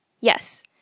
Yes